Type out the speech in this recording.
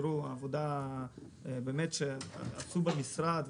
זאת עבודה שעשו במשרד.